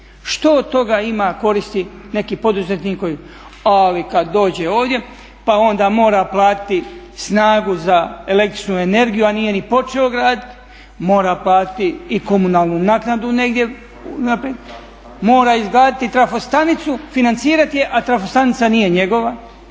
Što od toga ima koristi neki poduzetnik? Ali kada dođe ovdje pa onda mora platiti snagu za električnu energiju a nije ni počeo graditi, mora platiti i komunalnu naknadu negdje npr., mora izgraditi trafostanicu, financirati je a trafostanica nije njegova.